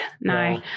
No